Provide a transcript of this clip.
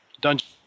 dungeon